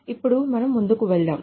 ఇప్పుడు మనం ముందుకు వెళ్దాం